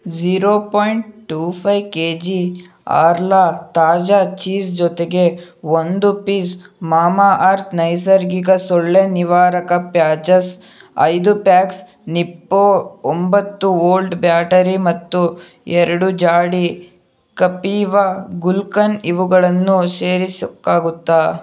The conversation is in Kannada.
zero point two five K G Arla ತಾಜಾ ಚೀಸ್ ಜೊತೆಗೆ ಒಂದು ಪೀಸ್ ಮಾಮಾಅರ್ತ್ ನೈಸರ್ಗಿಕ ಸೊಳ್ಳೆ ನಿವಾರಕ ಪ್ಯಾಚಸ್ ಐದು ಪ್ಯಾಕ್ಸ್ ನಿಪ್ಪೊ ಒಂಬತ್ತು ವೋಲ್ಟ್ ಬ್ಯಾಟರಿ ಮತ್ತು ಎರಡು ಜಾಡಿ ಕಪೀವಾ ಗುಲ್ಕನ್ ಇವುಗಳನ್ನು ಸೇರಿಸೋಕ್ಕಾಗುತ್ತಾ